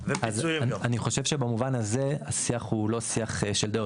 אני חושב שבמובן הזה השיח הוא לא שיח של דעות,